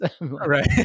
right